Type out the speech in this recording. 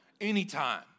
anytime